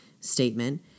statement